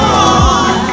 on